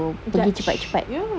judge ya